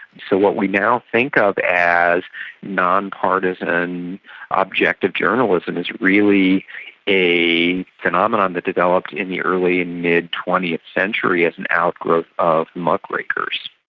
so what we now think of as non-partisan and ah objective journalism is really a phenomenon that developed in the early mid twentieth century as an outgrowth of muckrakers.